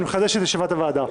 אני